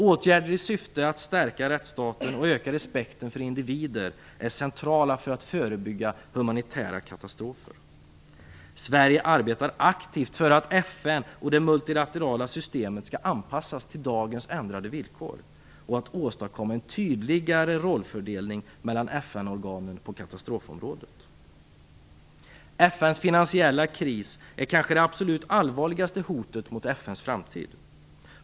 Åtgärder i syfte att stärka rättsstaten och öka respekten för individer är centrala för att förebygga humanitära katastrofer. Sverige arbetar aktivt för att FN och det multilaterala systemet skall anpassas till dagens ändrade villkor och för att åstadkomma en tydligare rollfördelning mellan FN:s finansiella kris är kanske det absolut allvarligaste hotet mot FN:s framtid.